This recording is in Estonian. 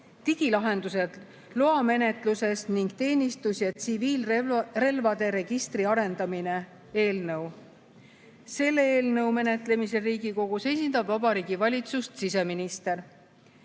(digilahendused loamenetluses ning teenistus- ja tsiviilrelvade registri arendamine) eelnõu. Selle eelnõu menetlemisel Riigikogus esindab Vabariigi Valitsust siseminister.